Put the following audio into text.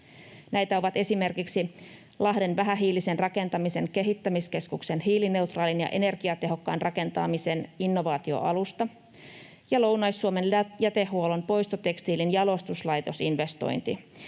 Näitä ovat esimerkiksi Lahden Vähähiilisen rakentamisen kehittämiskeskuksen hiilineutraalin ja energiatehokkaan rakentamisen innovaatioalusta ja Lounais-Suomen Jätehuollon poistotekstiilin jalostuslaitosinvestointi,